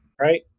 right